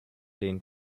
denen